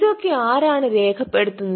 ഇതൊക്കെ ആരാണ് രേഖപ്പെടുത്തുന്നത്